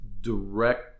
direct